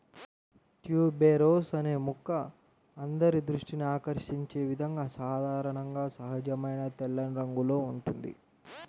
tuberose అనే మొక్క అందరి దృష్టిని ఆకర్షించే విధంగా సాధారణంగా సహజమైన తెల్లని రంగులో ఉంటుంది